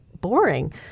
boring